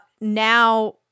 now